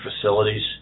facilities